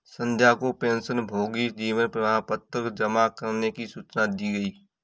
संध्या को पेंशनभोगी जीवन प्रमाण पत्र जमा करने की सूचना दी गई